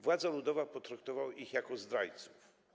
Władza ludowa potraktowała ich jak zdrajców.